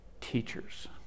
teachers